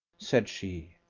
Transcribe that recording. said she.